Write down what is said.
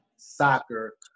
soccer